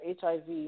HIV